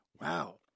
Wow